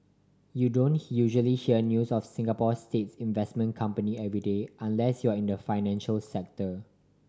you don't usually hear news of Singapore's states investment company every day unless you're in the financial sector